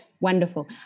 Wonderful